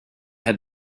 had